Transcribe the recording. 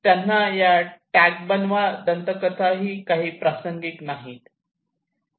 त्यांना या टॅगबनवा दंतकथा काही प्रासंगिक नाहीत